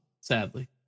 sadly